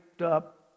up